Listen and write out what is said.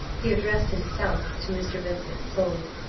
he addressed himself to mr. vincent solely,